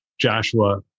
Joshua